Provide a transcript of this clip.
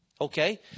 Okay